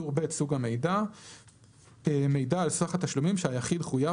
טור ב' סוג המידע מידע על סך התשלומים שהיחיד חויב